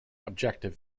objective